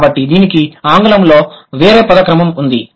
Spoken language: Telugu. కాబట్టి దీనికి ఆంగ్లంలో వేరే పద క్రమం ఉంది